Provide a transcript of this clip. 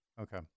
Okay